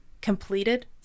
completed